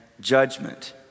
judgment